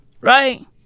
Right